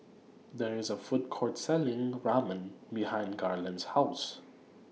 There IS A Food Court Selling Ramen behind Garland's House